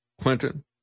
Clinton